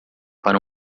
para